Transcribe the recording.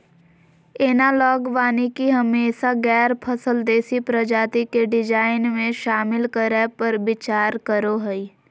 analogue वानिकी हमेशा गैर फसल देशी प्रजाति के डिजाइन में, शामिल करै पर विचार करो हइ